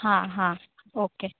हाँ हाँ ओके